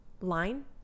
line